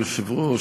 אדוני היושב-ראש,